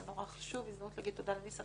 זה נורא חשוב וזו הזדמנות להגיד תודה לניסן.